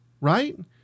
right